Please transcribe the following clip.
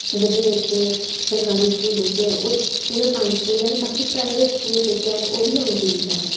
जेह्दे बिच्च सरकारी स्कूल जेह्के हैन ओ उ'ऐ पंज छे गै हैन बाकी प्राइवेट स्कूल जेह्के हैन ओह् बी हैन तिन चार